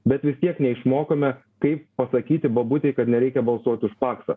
bet vis tiek neišmokome kaip pasakyti bobutei kad nereikia balsuoti už paksą